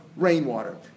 Rainwater